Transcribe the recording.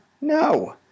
No